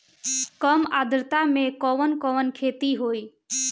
कम आद्रता में कवन कवन खेती होई?